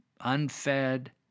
unfed